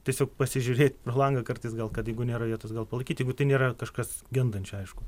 tiesiog pasižiūrėt pro langą kartais gal kad jeigu nėra vietos gal palaikyti jeigu tai nėra kažkas gendančio aišku